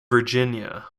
virginia